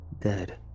dead